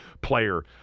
player